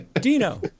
Dino